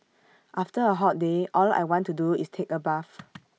after A hot day all I want to do is take A bath